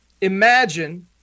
imagine